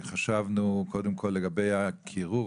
חשבנו קודם כל לגבי הקור.